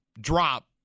drop